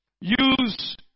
use